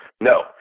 No